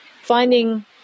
finding